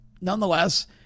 nonetheless